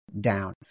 down